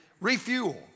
refuel